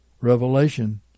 Revelation